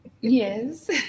Yes